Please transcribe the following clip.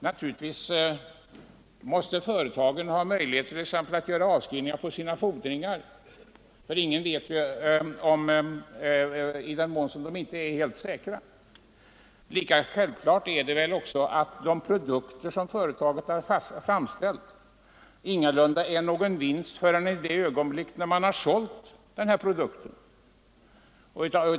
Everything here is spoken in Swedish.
Naturligtvis måste företagen ha möjligheter att göra avskrivningar exempelvis på sina fordringar i den mån dessa inte är helt säkra. Lika självklart är det väl också att de produkter som företagen har framställt ingalunda innebär någon vinst förrän i det ögonblick man har sålt sina produkter.